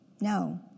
No